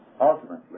ultimately